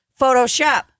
Photoshop